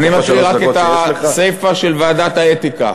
אני מקריא רק את הסיפה של מסקנות ועדת האתיקה,